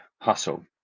hustle